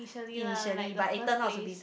initially lah like the first place